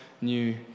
new